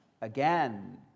again